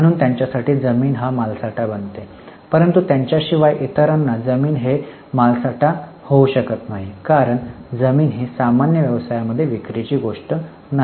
म्हणून त्यांच्यासाठी जमीन मालसाठा बनते परंतु त्यांच्याशिवाय इतरांना जमीन हे माळवटा होऊ शकत नाही कारण जमीन ही सामान्य व्यवसायांमध्ये विक्रीची गोष्ट नाही